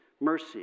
mercy